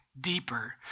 deeper